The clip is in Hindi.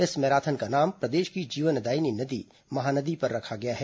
इस भैराथन का नाम प्रदेश की जीवनदायिनी नदी महानदी पर रखा गया है